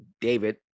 David